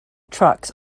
trucks